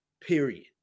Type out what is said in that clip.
period